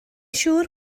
siŵr